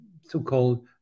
so-called